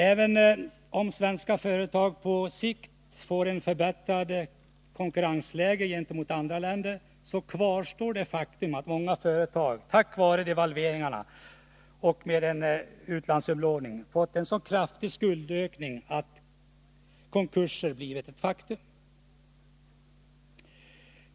Även om svenska företag på sikt får ett förbättrat konkurrensläge i förhållande till andra länder, kvarstår det faktum att många företag, på grund av devalveringarna och utlandsupplåningen, fått en så kraftig skuldökning att konkurser blivit en realitet.